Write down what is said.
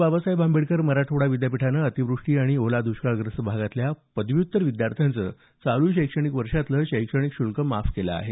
बाबासाहेब आंबेडकर मराठवाडा विद्यापीठानं अतिवृष्टी आणि ओला दुष्काळग्रस्त भागातल्या पदव्युत्तर विद्यार्थ्यांचं चालू शैक्षणिक वर्षातलं शैक्षणिक शुल्क माफ केलं आहे